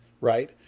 right